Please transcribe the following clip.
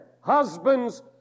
Husbands